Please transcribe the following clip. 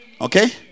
Okay